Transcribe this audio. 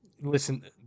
listen